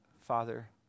Father